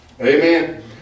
Amen